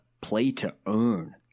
play-to-earn